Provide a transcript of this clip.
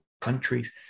countries